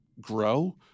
grow